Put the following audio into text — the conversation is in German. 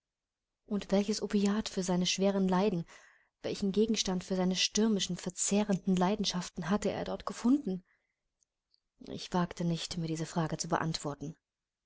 und welches opiat für seine schweren leiden welchen gegenstand für seine stürmischen verzehrenden leidenschaften hatte er dort gefunden ich wagte nicht mir diese frage zu beantworten